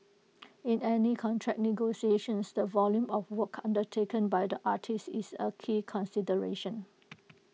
in any contract negotiations the volume of work undertaken by the artiste is A key consideration